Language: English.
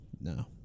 no